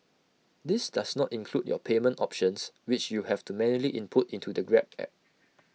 this does not include your payment options which you have to manually input into the grab app